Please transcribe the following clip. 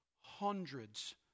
hundreds